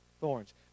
thorns